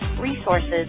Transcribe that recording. resources